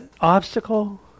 obstacle